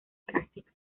práctica